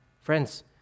Friends